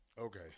Okay